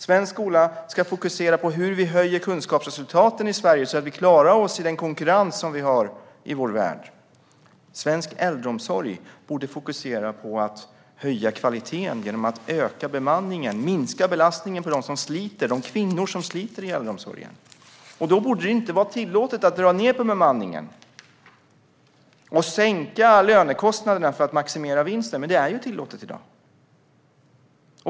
Svensk skola ska fokusera på hur vi höjer kunskapsresultaten i Sverige, så att vi klarar oss i den konkurrens som vi har i vår värld. Svensk äldreomsorg borde fokusera på att höja kvaliteten genom att öka bemanningen och minska belastningen på de kvinnor som sliter i äldreomsorgen. Då borde det inte vara tillåtet att dra ned på bemanningen och sänka lönekostnaderna för att maximera vinsten. Men det är tillåtet i dag.